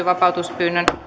valtuuskunnan